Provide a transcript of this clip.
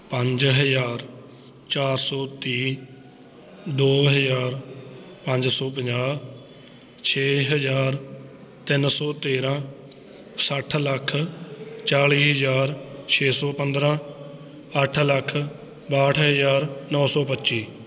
ਪੰਜ ਹਜ਼ਾਰ ਚਾਰ ਸੌ ਤੀਹ ਦੋ ਹਜ਼ਾਰ ਪੰਜ ਸੌ ਪੰਜਾਹ ਛੇ ਹਜ਼ਾਰ ਤਿੰਨ ਸੌ ਤੇਰ੍ਹਾਂ ਸੱਠ ਲੱਖ ਚਾਲ੍ਹੀ ਹਜ਼ਾਰ ਛੇ ਸੌ ਪੰਦਰਾਂ ਅੱਠ ਲੱਖ ਬਾਹਠ ਹਜ਼ਾਰ ਨੌ ਸੌ ਪੱਚੀ